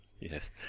Yes